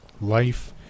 Life